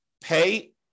pay